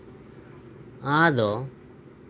ᱟᱫᱚ